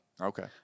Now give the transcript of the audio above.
Okay